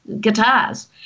guitars